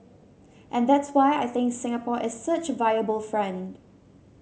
and that's why I think Singapore is such a viable friend